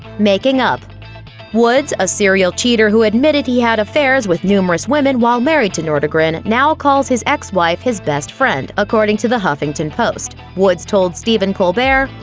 making up woods, a serial cheater who admitted he had affairs with numerous women while married to nordegren, now calls his ex-wife his best friend, according to the huffington post. woods told stephen colbert,